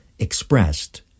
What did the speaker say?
Expressed